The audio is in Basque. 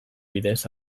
bidez